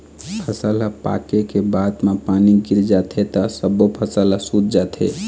फसल ह पाके के बाद म पानी गिर जाथे त सब्बो फसल ह सूत जाथे